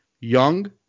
young